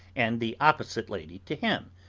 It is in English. and the opposite lady to him,